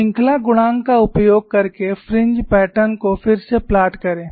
श्रृंखला गुणांक का उपयोग करके फ्रिंज पैटर्न को फिर से प्लॉट करें